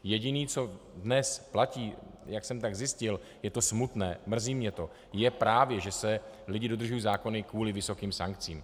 Jediné, co dnes platí, jak jsem tak zjistil, je to smutné, mrzí mě to, je právě, že lidé dodržují zákony kvůli vysokým sankcím.